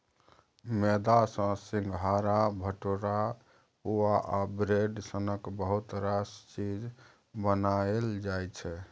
मेदा सँ सिंग्हारा, भटुरा, पुआ आ ब्रेड सनक बहुत रास चीज बनाएल जाइ छै